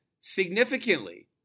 significantly